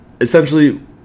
essentially